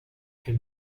can